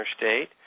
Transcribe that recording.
interstate